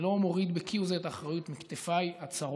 אני לא מוריד בכהוא זה את האחריות מכתפיי הצרות